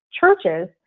churches